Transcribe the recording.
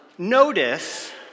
Notice